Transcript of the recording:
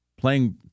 playing